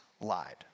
lied